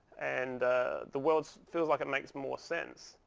and the world feels like it makes more sense.